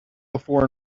before